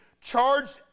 charged